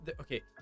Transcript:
okay